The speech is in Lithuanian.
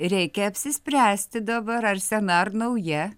reikia apsispręsti dabar ar sena ar nauja